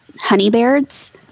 Honeybeard's